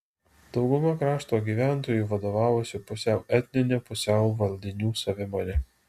dauguma krašto gyventojų vadovavosi pusiau etnine pusiau valdinių savimone